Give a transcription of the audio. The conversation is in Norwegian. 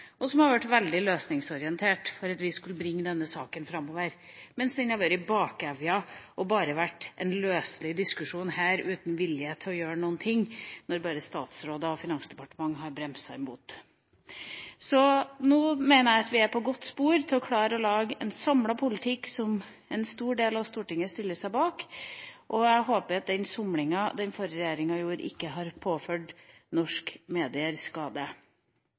og som har vært veldig løsningsorientert for at vi skulle bringe denne saken framover. Den har vært i bakevja, og det har bare vært en løselig diskusjon her uten vilje til å gjøre noen ting når statsråder og Finansdepartementet har bremset imot. Nå mener jeg vi er inne på et godt spor for å klare å lage en samlet politikk som en stor del av Stortinget stiller seg bak, og jeg håper at somlinga til den forrige regjeringa ikke har påført norske medier skade.